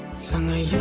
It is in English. someday